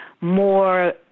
more